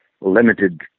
limited